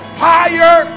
fire